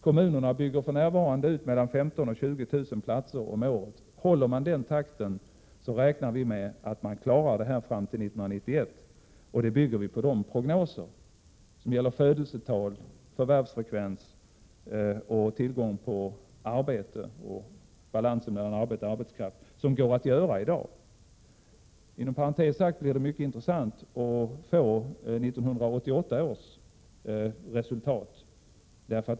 Kommunerna bygger för närvarande ut mellan 15 000 och 20 000 platser om året. Vi räknar med att man klarar uppgiften fram till 1991, om de håller den takten. Detta bygger vi på de prognoser för födelsetal, förvärvsfrekvens, tillgång till arbete och balans mellan arbete och arbetskraft som går att göra i dag. Inom parentes sagt blir det mycket intressant att få 1988 års resultat.